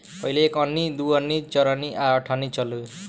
पहिले एक अन्नी, दू अन्नी, चरनी आ अठनी चलो